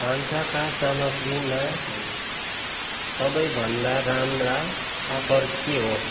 भान्साका सामग्रीमा सबैभन्दा राम्रो अफर के हो